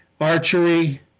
archery